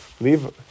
Leave